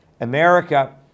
America